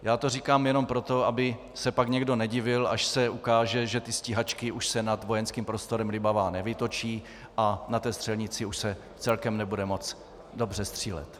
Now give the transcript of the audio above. Já to říkám jenom proto, aby se pak někdo nedivil, až se ukáže, že stíhačky se už nad vojenským prostorem Libavá nevytočí a na té střelnici už se celkem nebude moct dobře střílet.